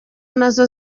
nazo